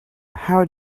how